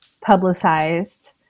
publicized